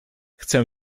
chcę